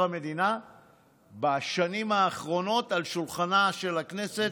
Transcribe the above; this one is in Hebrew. המדינה בשנים האחרונות על שולחנה של הכנסת,